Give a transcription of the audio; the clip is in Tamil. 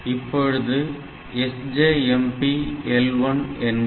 இப்போது SJMP L1 என்க